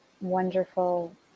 wonderful